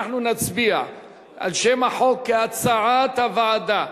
אנחנו נצביע על שם החוק כהצעת הוועדה.